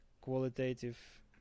qualitative